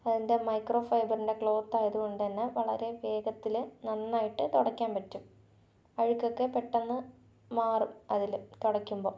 അതിൻ്റെ മൈക്രോ ഫൈബറിൻ്റെ ക്ലോത്തായതു കൊണ്ടു തന്നെ വളരെ വേഗത്തിൽ നന്നായിട്ടു തുടക്കാൻ പറ്റും അഴുക്കൊക്കെ പെട്ടെന്നു മാറും അതിൽ തുടക്കുമ്പോൾ